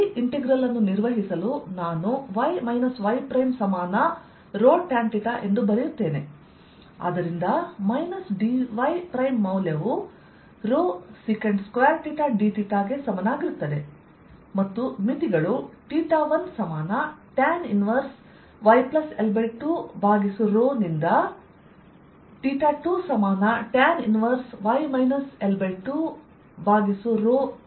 ಈ ಇಂಟೆಗ್ರಲ್ ಅನ್ನು ನಿರ್ವಹಿಸಲು ನಾನು y yಸಮಾನ tan ಎಂದು ಬರೆಯುತ್ತೇನೆ ಆದ್ದರಿಂದ dyಮೌಲ್ಯವು dθ ಗೆ ಸಮನಾಗಿರುತ್ತದೆ ಮತ್ತು ಮಿತಿಗಳು 1yL2 ನಿಂದ 2y L2 ವರೆಗೆ ಹರಡಿದೆ